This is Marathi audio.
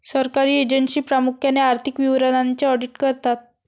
सरकारी एजन्सी प्रामुख्याने आर्थिक विवरणांचे ऑडिट करतात